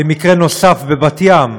מקרה נוסף בבת-ים,